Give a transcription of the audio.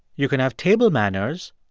you can have table manners.